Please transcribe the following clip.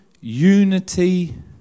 Unity